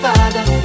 Father